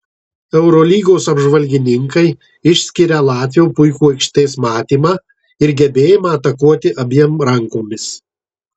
eurolygos apžvalgininkai išskiria latvio puikų aikštės matymą ir gebėjimą atakuoti abiem rankomis